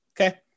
Okay